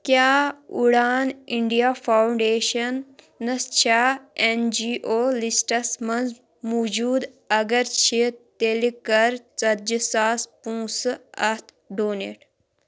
کیٛاہ Udaan India foundation نَس چھےٚ اٮ۪ن جی او لِسٹَس منٛز موٗجوٗد اَگر چھِ تیٚلہِ کَر ژَ تجی ساس پوٗنٛسہٕ اَتھ ڈونیٹ